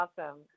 awesome